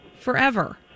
forever